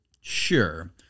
Sure